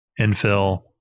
infill